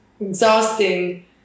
exhausting